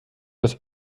das